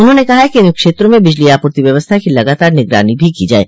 उन्होंने कहा है कि इन क्षेत्रों में बिजली आपूर्ति व्यवस्था की लगातार निगरानी भी की जाये